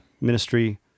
ministry